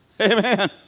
Amen